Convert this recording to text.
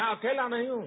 मैं अकेला नहीं हूं